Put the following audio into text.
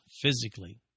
physically